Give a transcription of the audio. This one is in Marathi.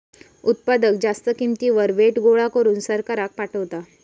उत्पादक जास्त किंमतीवर व्हॅट गोळा करून सरकाराक पाठवता